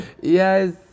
Yes